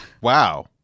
Wow